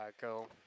go